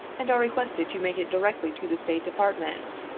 and are requested to make it directly to the state department.